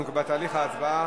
אנחנו בתהליך ההצבעה.